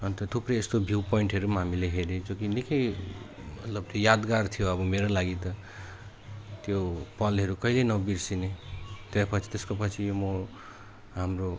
अन्त थुप्रै यस्तो भ्यु पोइन्टहरू हामीले हेर्यौँ जो कि निकै मतलब त्यो यादगार थियो अब मेरो लागि त त्यो पलहरू कहिले नबिर्सने त्यहाँ पछि त्यसको पछि म हाम्रो